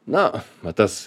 na va tas